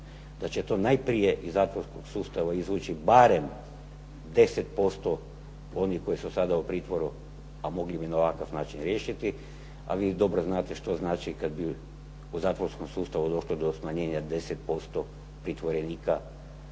Da će to najprije iz zatvorskog sustava izvući barem 10% onih koji su sada u pritvoru a mogli bi na ovakav način riješiti, a vi dobro znate kada bi u zatvorskom sustavu došlo do barem 10% smanjenja pritvorenika